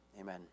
Amen